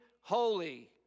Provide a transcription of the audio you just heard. holy